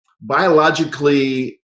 biologically